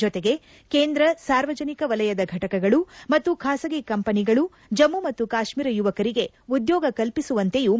ಜತೆಗೆ ಕೇಂದ್ರ ಸಾರ್ವಜನಿಕ ವಲಯದ ಫೆಟಕಗಳು ಮತ್ತು ಖಾಸಗಿ ಕಂಪೆನಿಗಳು ಜಮ್ಮು ಮತ್ತು ಕಾಶ್ಮೀರ ಯುವಕರಿಗೆ ಉದ್ಯೋಗ ಕಲ್ಪಿ ಸುವಂತೆಯೂ ಮನವಿ ಮಾಡಿದ್ದಾರೆ